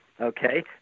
okay